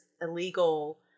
illegal